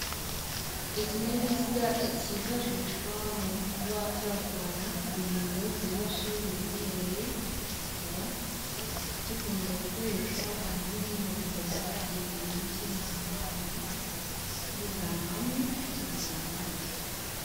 Ikinyabiziga kifashishwa mu kuba cyatwara ibintu byinshi biremereye, kikaba gikunda gukoreshwa ahanini mu gupakira ibintu kibijyana ahantu, kibivana hamwe kibijyana ahandi.